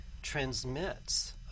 transmits